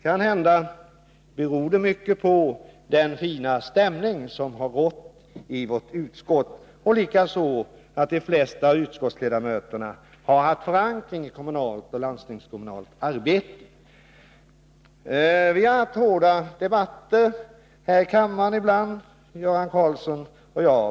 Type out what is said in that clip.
Kanhända beror det mycket på den fina stämning som har rått i vårt utskott och på att de flesta utskottsledamöter har haft förankring i kommunalt och landstingskommunalt arbete. Vi har haft hårda debatter här i kammaren ibland, Göran Karlsson och jag.